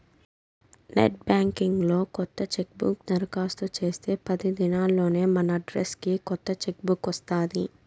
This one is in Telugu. నెట్ బాంకింగ్ లో కొత్త చెక్బుక్ దరకాస్తు చేస్తే పది దినాల్లోనే మనడ్రస్కి కొత్త చెక్ బుక్ వస్తాది